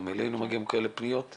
גם אלינו מגיעות פניות כאלה